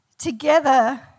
Together